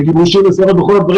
בגיבושים וכולי,